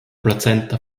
plazenta